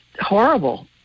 horrible